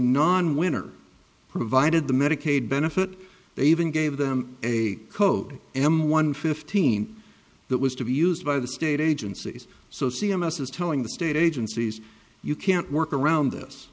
non winner provided the medicaid benefit they even gave them a code am one fifteen that was to be used by the state agencies so c m s is telling the state agencies you can't work around